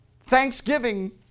Thanksgiving